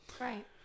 Right